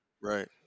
Right